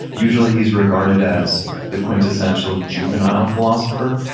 usually he's regarded as the quintessential juvenile philosopher.